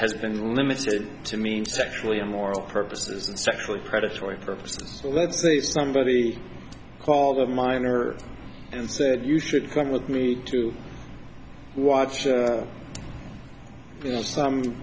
has been limited to mean sexually immoral purposes sexually predatory purposes let's say somebody called a minor and said you should come with me to watch you know some